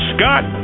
Scott